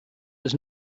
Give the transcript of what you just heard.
was